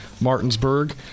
Martinsburg